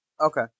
Okay